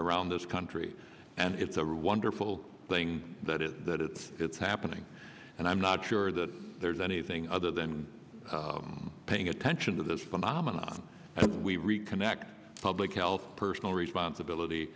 around this country and it's a really wonderful thing that is that it's it's happening and i'm not sure that there's anything other than paying attention to this phenomenon that we reconnect public health personal responsibility